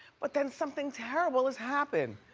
but then something terrible has happened.